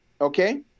Okay